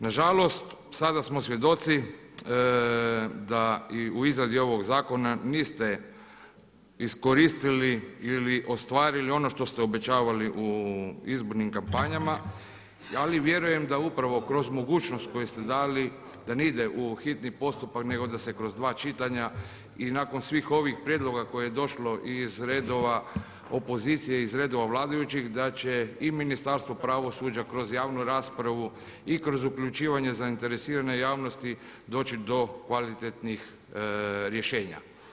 Na žalost sada smo svjedoci da i u izradi ovog zakona niste iskoristili ili ostvarili ono što ste obećavali u izbornim kampanjama, ali vjerujem da upravo kroz mogućnost koju ste dali da ne ide u hitni postupak nego da se kroz dva čitanja i nakon svih ovih prijedloga koje je došlo i iz redova opozicije i iz redova vladajućih da će i Ministarstvo pravosuđa kroz javnu raspravu i kroz uključivanje zainteresirane javnosti doći do kvalitetnih rješenja.